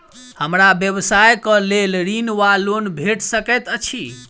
हमरा व्यवसाय कऽ लेल ऋण वा लोन भेट सकैत अछि?